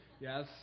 Yes